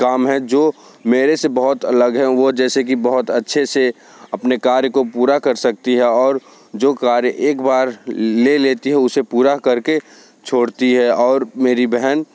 काम है जो मेरे से बहुत अलग है वह जैसे की बहुत अच्छे से अपने कार्य को पूरा कर सकती है और जो कार्य एक बार ले लेते हैं उसे पूरा करके छोड़ती है और मेरी बहन